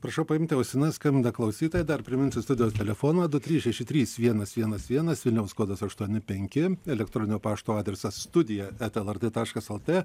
prašau paimti ausines skambina klausytojai dar priminsiu studijos telefoną du trys šeši trys vienas vienas vienas vilniaus kodas aštuoni penki elektroninio pašto adresas studija eta lrt taškas lt